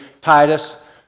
Titus